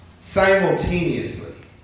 Simultaneously